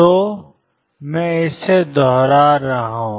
तो हैं मैं इसे दोहरा रहा हूं